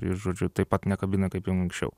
ir žodžiu taip pat nekabina kaip jau anksčiau